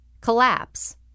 Collapse